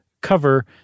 cover